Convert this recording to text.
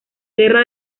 guerra